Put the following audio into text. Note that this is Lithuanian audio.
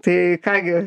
tai ką gi